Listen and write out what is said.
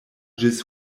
ĝis